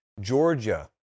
Georgia